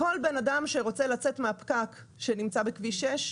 כל בן אדם שרוצה לצאת מהפקק שנמצא בכביש 6,